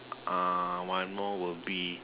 uh one more will be